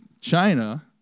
China